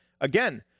again